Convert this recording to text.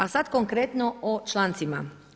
A sada konkretno o člancima.